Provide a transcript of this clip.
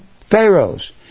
Pharaoh's